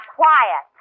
quiet